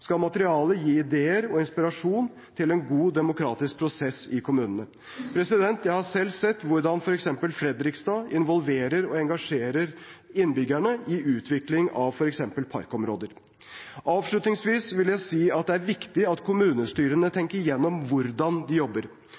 skal materialet gi ideer og inspirasjon til en god demokratisk prosess i kommunene. Jeg har selv sett hvordan f.eks. Fredrikstad involverer og engasjerer innbyggerne i utvikling av f.eks. parkområder. Avslutningsvis vil jeg si at det er viktig at kommunestyrene tenker gjennom hvordan de jobber.